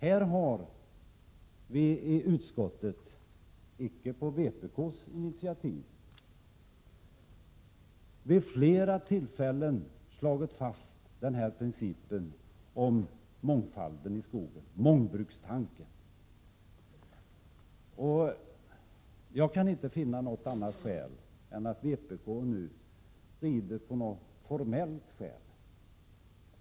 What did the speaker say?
Jordbruksutskottet har, icke på vpk:s initiativ, vid flera tillfällen slagit fast principen om mångfalden i skogen, mångbrukstanken. Jag kan inte finna 31 annat än att vpk nu rider på något formellt skäl.